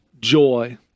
joy